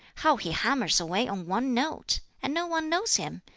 how he hammers away on one note and no one knows him,